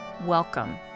Welcome